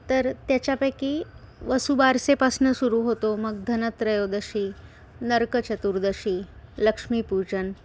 तर त्याच्यापैकी वसुबारसेपासनं सुरू होतो मग धनत्रयोदशी नरकचतुर्दशी लक्ष्मीपूजन